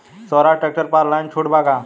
सोहराज tractor पर online छूट बा का?